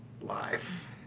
life